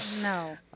no